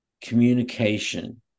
communication